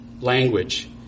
language